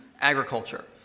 agriculture